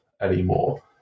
anymore